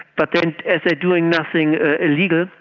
but then as they're doing nothing illegal,